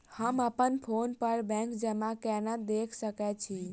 हम अप्पन फोन पर बैंक जमा केना देख सकै छी?